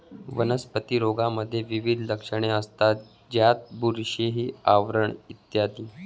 वनस्पती रोगांमध्ये विविध लक्षणे असतात, ज्यात बुरशीचे आवरण इ